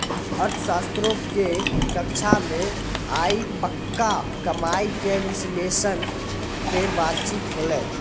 अर्थशास्त्रो के कक्षा मे आइ पक्का कमाय के विश्लेषण पे बातचीत होलै